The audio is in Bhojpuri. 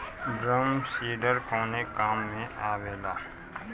ड्रम सीडर कवने काम में आवेला?